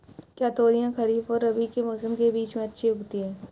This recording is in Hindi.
क्या तोरियां खरीफ और रबी के मौसम के बीच में अच्छी उगती हैं?